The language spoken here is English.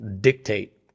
dictate